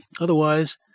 otherwise